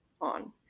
on